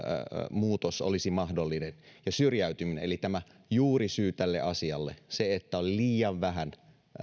muutos olisi mahdollinen tämä juurisyy tälle asialle syrjäytymiselle on se että nyt on liian vähän